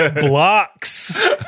blocks